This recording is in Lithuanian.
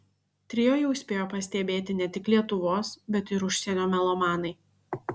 trio jau spėjo pastebėti ne tik lietuvos bet ir užsienio melomanai